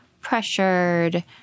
pressured